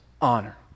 honor